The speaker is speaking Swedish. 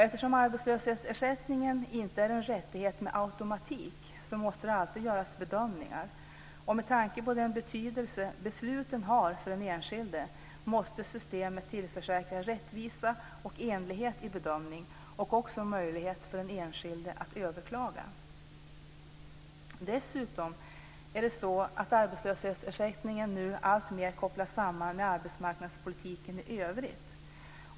Eftersom arbetslöshetsersättningen inte är en rättighet per automatik måste det alltid göras bedömningar. Med tanke på den betydelse som besluten har för den enskilde måste systemet tillförsäkra rättvisa och enhetlighet i bedömningen men också en möjlighet för den enskilde att överklaga. Dessutom kopplas arbetslöshetsersättningen numera alltmer samman med arbetsmarknadspolitiken i övrigt.